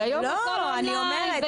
היום הכול און-ליין.